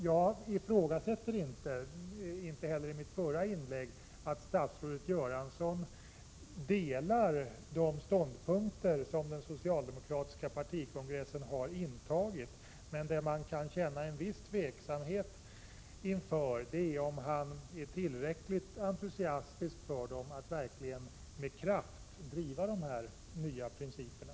Jag ifrågasätter inte — jag gjorde det inte heller i mitt förra inlägg — att statsrådet Göransson delar de ståndpunkter som den socialdemokratiska partikongressen intagit. Men man kan känna en viss tveksamhet inför om utbildningsministern är tillräckligt entusiastisk för att med kraft agera för dessa nya principer.